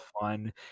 fun